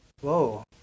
Whoa